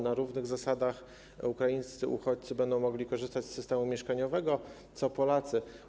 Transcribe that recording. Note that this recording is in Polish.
Na równych zasadach ukraińscy uchodźcy będą mogli korzystać z systemu mieszkaniowego, tak jak Polacy.